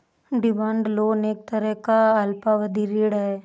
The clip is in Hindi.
डिमांड लोन एक तरह का अल्पावधि ऋण है